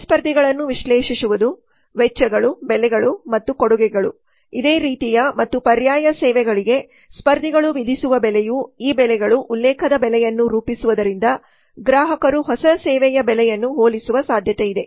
ಪ್ರತಿಸ್ಪರ್ಧಿಗಳನ್ನು ವಿಶ್ಲೇಷಿಸುವುದು ವೆಚ್ಚಗಳು ಬೆಲೆಗಳು ಮತ್ತು ಕೊಡುಗೆಗಳು ಇದೇ ರೀತಿಯ ಮತ್ತು ಪರ್ಯಾಯ ಸೇವೆಗಳಿಗೆ ಸ್ಪರ್ಧಿಗಳು ವಿಧಿಸುವ ಬೆಲೆಯು ಈ ಬೆಲೆಗಳು ಉಲ್ಲೇಖದ ಬೆಲೆಯನ್ನು ರೂಪಿಸುವುದರಿಂದ ಗ್ರಾಹಕರು ಹೊಸ ಸೇವೆಯ ಬೆಲೆಯನ್ನು ಹೋಲಿಸುವ ಸಾಧ್ಯತೆಯಿದೆ